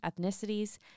ethnicities